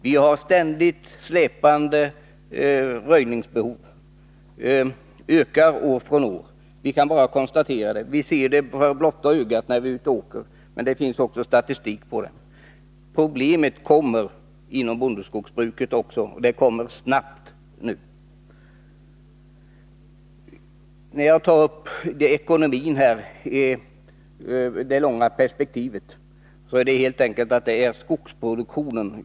Vi har där ett ständigt eftersläpande röjningsbehov, och vi kan bara konstatera att det ökar år från år. Vi ser det för blotta ögat, när vi är ute och åker, men det finns också statistik på det. Det problemet kommer alltså också inom bondeskogsbruket, och det kommer snabbt. När jag här tar upp ekonomin i det långa perspektivet, gör jag det helt enkelt därför att jag är orolig för skogsproduktionen.